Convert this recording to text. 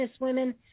businesswomen